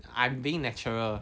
I am being natural